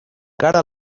cara